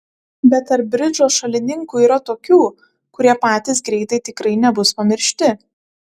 bet tarp bridžo šalininkų yra tokių kurie patys greitai tikrai nebus pamiršti